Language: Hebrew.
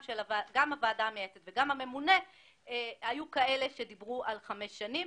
של הוועדה המייעצת ושל הממונה היא לחמש שנים.